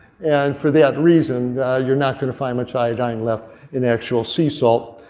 and for that reason you're not gonna find much iodine left in actual sea salt.